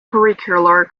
curricular